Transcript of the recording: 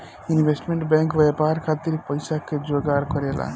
investment bank व्यापार खातिर पइसा के जोगार करेला